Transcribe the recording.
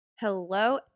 Hello